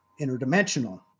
interdimensional